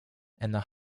and